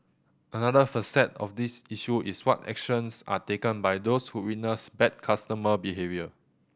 another facet of this issue is what actions are taken by those who witness bad customer behaviour